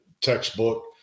textbook